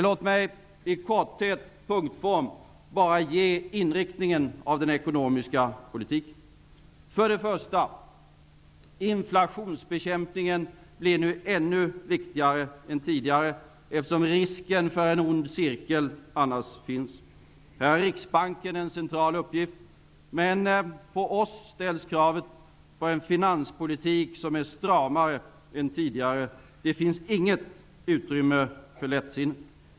Låt mig i punktform ge inriktningen av den ekonomiska politiken. För det första: Inflationsbekämpningen blir nu ännu viktigare än tidigare, eftersom det annars finns risk att vi hamnar i en ond cirkel. Riksbanken har här en central uppgift. På oss ställs kravet på en finanspolitik som är stramare än tidigare. Det finns inget utrymme för lättsinne.